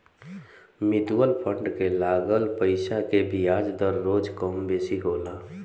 mutual fund के लागल पईसा के बियाज दर रोज कम बेसी होला